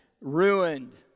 ruined